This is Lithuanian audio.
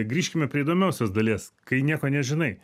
grįžkime prie įdomosios dalies kai nieko nežinai